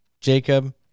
Jacob